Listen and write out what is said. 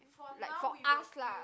like for us lah